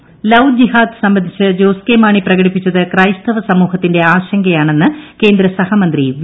Muraleedharan love ജിഹാദ് സംബന്ധിച്ച് ജോസ് കെ മാണി പ്രകടിപ്പിച്ചത് ക്രൈസ്തവ സമൂഹത്തിഏറ്റ് ആശങ്കയാണെന്ന് കേന്ദ്ര സഹമന്ത്രി വി